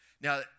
Now